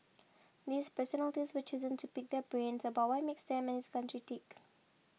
these personalities were chosen to pick their brains about what makes them and this country tick